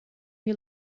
you